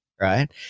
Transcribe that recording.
right